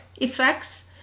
effects